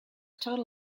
total